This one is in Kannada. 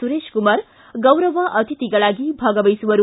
ಸುರೇಶ್ ಕುಮಾರ್ ಗೌರವ ಅತಿಥಿಗಳಾಗಿ ಭಾಗವಹಿಸುವರು